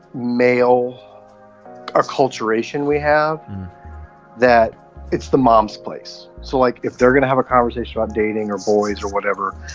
male acculturation we have that it's the mom's place so like if they're going to have a conversation about dating or boys or whatever.